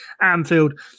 Anfield